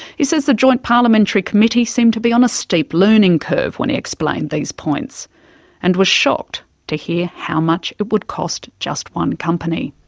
he says the joint parliamentary committee seemed to be on a steep learning curve when he explained these points and were shocked to hear how much it would cost just one company.